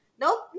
Nope